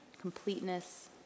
completeness